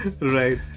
Right